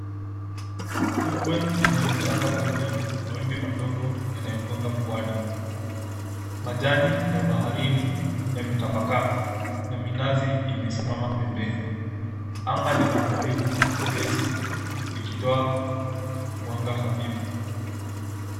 Fukwe yenye mchanga mweupe, mawimbi madogo yanayogonga puani, majani ya baharini yametapakaa, na minazi imesimama pembeni. Anga lina mawingu mepesi likitoa mwanga hafifu.